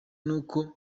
n’uko